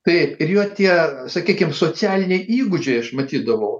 taip ir jo tie sakykim socialiniai įgūdžiai aš matydavau